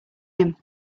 him